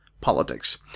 Politics